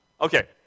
Okay